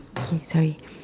K sorry